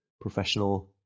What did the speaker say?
professional